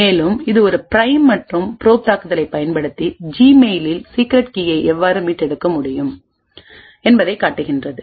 மேலும் இது ஒரு பிரைம் மற்றும் ப்ரோப் தாக்குதலைப் பயன்படுத்தி ஜிமெயில் சீக்ரெட் கீயை எவ்வாறு மீட்டெடுக்க முடியும் என்பதைக் காட்டுகிறது